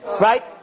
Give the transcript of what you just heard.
right